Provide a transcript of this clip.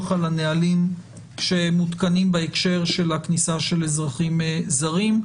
על הנהלים שמותקנים בהקשר של הכניסה של אזרחים זרים.